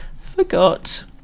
forgot